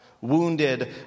Wounded